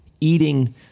eating